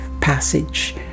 passage